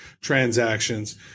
transactions